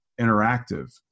interactive